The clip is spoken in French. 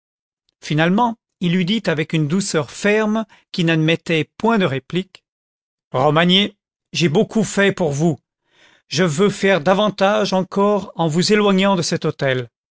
finalement il lui dit avec une douceur ferme et qui n'admettait point de réplique romagné j'ai beaucoup fait pour vous je veux faire davantage encore en vous éloignant de cet hôtel